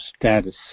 status